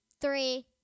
three